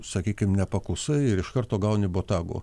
sakykim nepaklusai ir iš karto gauni botagu